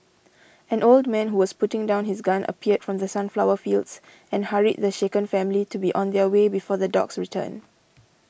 an old man who was putting down his gun appeared from the sunflower fields and hurried the shaken family to be on their way before the dogs return